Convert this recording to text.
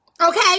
okay